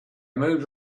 moved